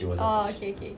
orh okay okay